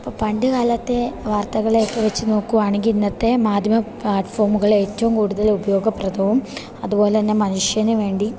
അപ്പോൾ പണ്ടുകാലത്തെ വാർത്തകളെയൊക്കെ വെച്ചു നോക്കുകയാണെങ്കിൽ ഇന്നത്തെ മാധ്യമ പ്ലാറ്റ്ഫോമുകൾ ഏറ്റവും കൂടുതൽ ഉപയോഗപ്രദവും അതുപോലെതന്നെ മനുഷ്യനുവേണ്ടി